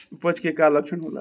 अपच के का लक्षण होला?